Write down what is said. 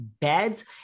beds